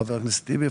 חבר הכנסת טיבי.